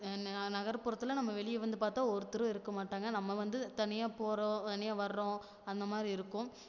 நகர்புறத்தில் நம்ம வெளியே வந்து பார்த்தா ஒருத்தரும் இருக்க மாட்டாங்க நம்ம வந்து தனியாக போகிறோம் தனியாக வர்றோம் அந்தமாதிரி இருக்கும்